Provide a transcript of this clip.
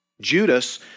Judas